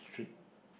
strict